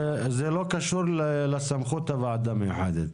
זה לא קשור לסמכות הוועדה המיוחדת.